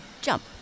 jump